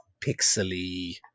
pixely